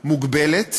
פנאי מוגבלת